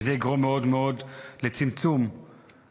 וזה יגרום מאוד מאוד לצמצום העוני.